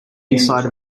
inside